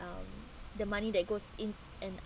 um the money that goes in and